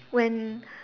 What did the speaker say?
when